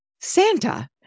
Santa